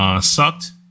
sucked